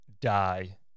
die